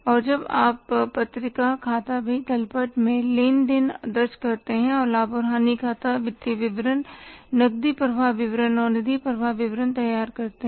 और जब आप पत्रिका खाता बही तलपट में लेन देन दर्ज करते हैं और लाभ हानि खाता वित्तीय विवरण नकदी प्रवाह विवरण और निधि प्रवाह विवरण तैयार करते हैं